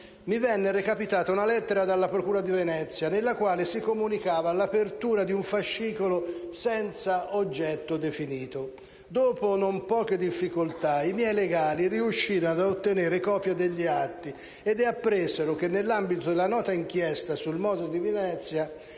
mi venne recapitata una lettera dalla procura di Venezia nella quale si comunicava l'apertura di un fascicolo senza oggetto definito. Dopo non poche difficoltà, i miei legali riuscirono ad ottenere copia degli atti ed appresero che nell'ambito della nota inchiesta sul MOSE di Venezia